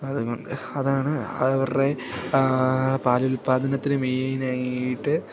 അതുകൊണ്ട് അതാണ് അവരുടെ പാലുല്പാദനത്തില് മെയിനായിട്ട്